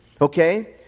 Okay